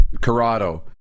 Corrado